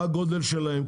מה הגודל שלהם.